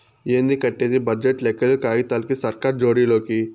ఏంది కట్టేది బడ్జెట్ లెక్కలు కాగితాలకి, సర్కార్ జోడి లోకి